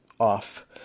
off